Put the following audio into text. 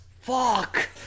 fuck